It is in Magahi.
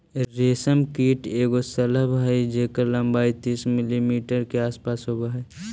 रेशम कीट एगो शलभ हई जेकर लंबाई तीस मिलीमीटर के आसपास होब हई